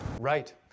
Right